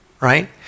right